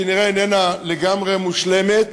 שכנראה איננה לגמרי מושלמת,